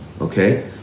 okay